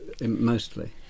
mostly